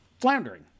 floundering